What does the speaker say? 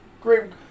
great